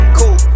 Cool